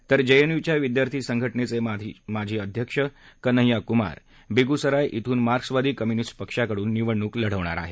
तर जेएनयूव्या विद्यार्थी संघटनेचे माजी अध्यक्ष कन्हेय्या कुमार बेगुसराय इथून मार्क्सवादी कम्युनिस्ट पक्षाकडून निवडणूक लढणार आहेत